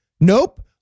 Nope